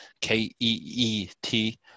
K-E-E-T